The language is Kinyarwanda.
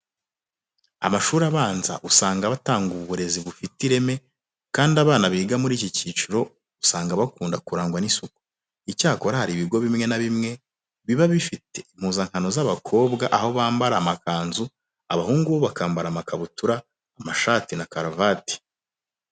Amashuri abanza asanga aba atanga uburezi bufite ireme kandi abana biga muri iki cyiciro usanga bakunda kurangwa n'isuku. Icyakora, hari ibigo bimwe na bimwe biba bifite impuzankano z'abakobwa aho bo bambara amakanzu, abahungu bo bakambara amakabutura, amashati na karuvati.